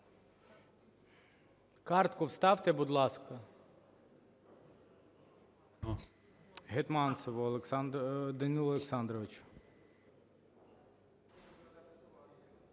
Картку вставте, будь ласка. Гетманцеву Данилу Олександровичу.